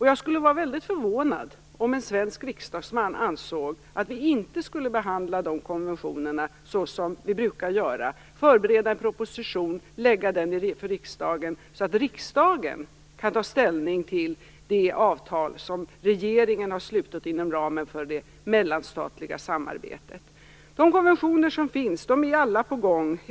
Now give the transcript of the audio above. Jag skulle vara väldigt förvånad om en svensk riksdagsman ansåg att vi inte skulle behandla de konventionerna som vi brukar göra: förbereda en proposition och lägga fram den för riksdagen så att riksdagen kan ta ställning till de avtal som regeringen har slutit inom ramen för det mellanstatliga samarbetet. De konventioner som finns är alla på gång.